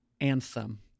anthem